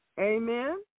Amen